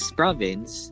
province